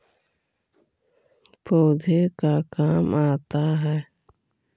पौधे का काम आता है?